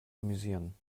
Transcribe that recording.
amüsieren